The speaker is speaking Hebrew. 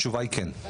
התשובה היא כן.